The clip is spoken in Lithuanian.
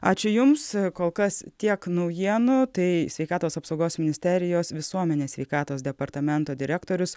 ačiū jums kol kas tiek naujienų tai sveikatos apsaugos ministerijos visuomenės sveikatos departamento direktorius